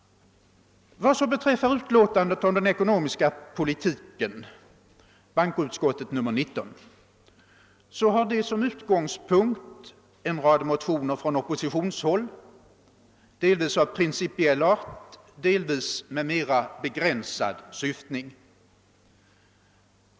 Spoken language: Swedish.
Vad så beträffar utlåtandet om den ekonomiska politiken, bankoutskottets utlåtande nr 19, har det som utgångspunkt en rad motioner från oppositionshåll, delvis av principiell art, delvis med mera begränsad syftning.